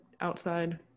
outside